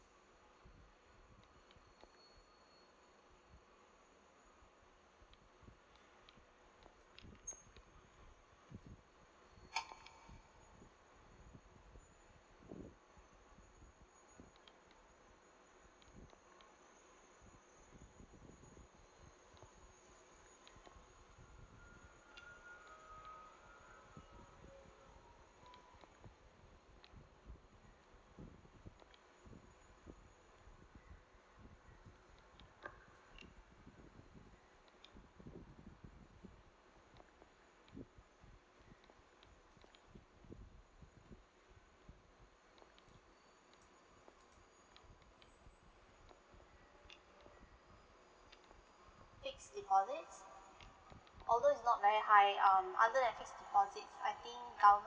fixed deposits although it's not very high um other than fixed deposit I think